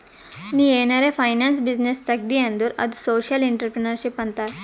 ನೀ ಏನಾರೆ finance business ತೆಗ್ದಿ ಅಂದುರ್ ಅದು ಸೋಶಿಯಲ್ ಇಂಟ್ರಪ್ರಿನರ್ಶಿಪ್ ಅಂತಾರ್